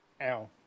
Ow